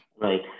Right